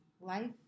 life